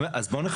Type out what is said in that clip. אצלך,